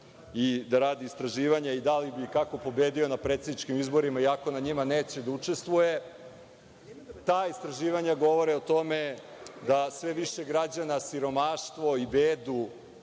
da radi istraživanja – da li bi i kako bi pobedio na predsedničkim izborima i ako na njima neće da učestvuje. Ta istraživanja govore o tome da sve više građana siromaštvo i bedu